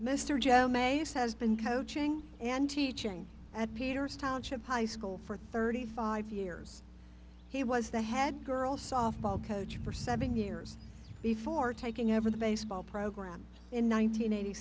mr joe mays has been coaching and teaching at peters township high school for thirty five years he was the head girl softball coach for seven years before taking over the baseball program in